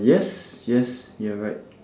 yes yes you are right